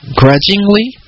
grudgingly